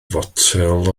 fotel